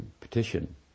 petition